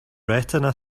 retina